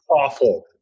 awful